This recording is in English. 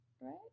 right